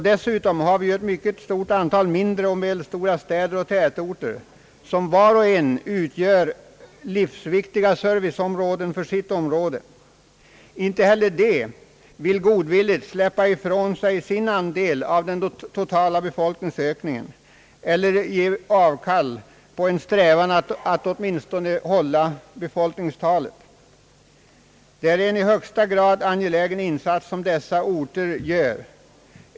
Dessutom har vi ett mycket stort antal mindre och medelstora städer och tätorter, vilka var och en är livsviktig för sitt område. Inte heller dessa vill godvilligt släppa ifrån sig sin andel av den totala befolkningsökningen eller ge avkall på en strävan att åtminstone behålla befolkningstalet. Det är en i högsta grad angelägen insats som dessa orter gör.